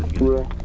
bro